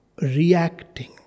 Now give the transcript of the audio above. reacting